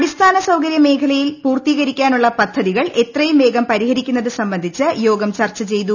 അടിസ്ഥാന സൌകരൃമേഖലയിൽ പൂർത്തീകരിക്കാനുള്ള പദ്ധതികൾ എത്രയും വേഗം പരിഹരിക്കുന്നത് സംബന്ധിച്ച് യോഗം ചർച്ച ചെയ്തു